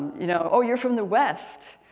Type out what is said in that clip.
you know oh you're from the west.